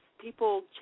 people